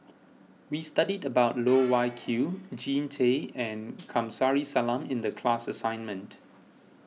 we studied about Loh Wai Kiew Jean Tay and Kamsari Salam in the class assignment